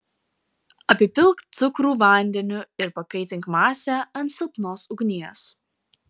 apipilk cukrų vandeniu ir pakaitink masę ant silpnos ugnies